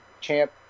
champ